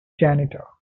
janitor